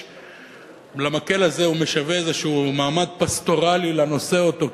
המקל הזה משווה איזה מעמד פסטורלי לנושא אותו,